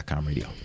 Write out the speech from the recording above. radio